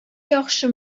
яхшы